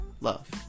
love